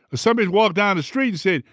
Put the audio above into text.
somebody walked down the street, said,